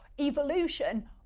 evolution